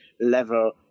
level